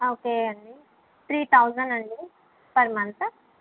okay అండీ three thousand అండి per month